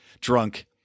drunk